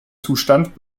zustand